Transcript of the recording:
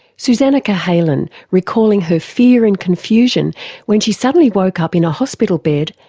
susannah cahalan recalling her fear and confusion when she suddenly woke up in a hospital bed,